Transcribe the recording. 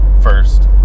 first